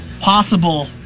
possible